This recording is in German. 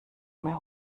mehr